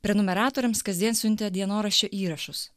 prenumeratoriams kasdien siuntė dienoraščio įrašus